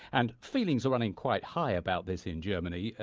and feelings running quite high about this in germany.